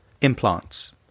implants